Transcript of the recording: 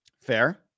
Fair